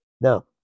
Now